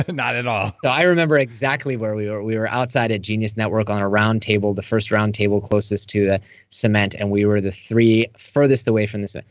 and not at all so i remember exactly where we were. we were outside of genius network on a round table, the first round table closest to the cement. and we were the three furthest away from the center.